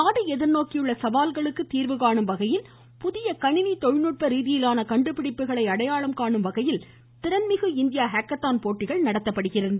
நாடு எதிர்நோக்கியுள்ள சவால்களுக்கு தீர்வு காணும் வகையில் புதிய கணினி தொழில்நுட்ப ரீதியிலான கண்டுபிடிப்புகளை அடையாளம் காணும் வகையில் திறன்மிகு இந்தியா ஹேக்கத்தான் போட்டி நடத்தப்படுகிறது